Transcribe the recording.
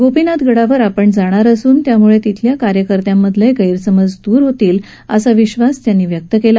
गोपीनाथ गडावर आपण जाणार असून त्यामुळे तिथल्या कार्यकर्त्यामधले गैरसमज दूर होतील असा विश्वास त्यांनी यावेळी व्यक्त केला